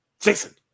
Jason